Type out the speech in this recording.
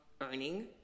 earning